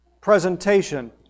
presentation